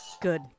Good